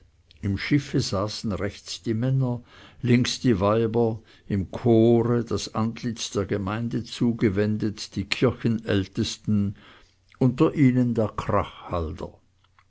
im schiffe saßen rechts die männer links die weiber im chore das antlitz der gemeinde zugewendet die kirchenältesten unter ihnen der